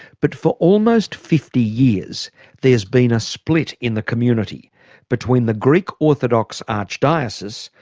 but for almost fifty years there's been a split in the community between the greek orthodox archdiocese,